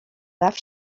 baw